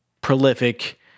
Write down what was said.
prolific